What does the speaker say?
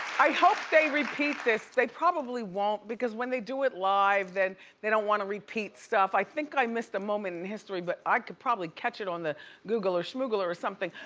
i hope they repeat this. they probably won't because when they do it live then they don't wanna repeat stuff. i think i missed the moment in history but i could probably catch it on the google or shmoogle or something.